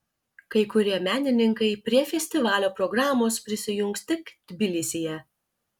kai kurie menininkai prie festivalio programos prisijungs tik tbilisyje